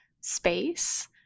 space